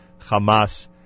Hamas